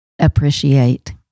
appreciate